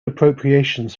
appropriations